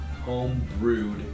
home-brewed